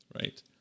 Right